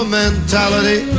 mentality